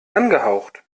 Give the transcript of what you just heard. angehaucht